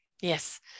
Yes